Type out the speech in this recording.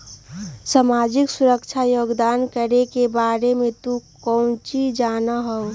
सामाजिक सुरक्षा योगदान करे के बारे में तू काउची जाना हुँ?